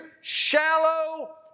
shallow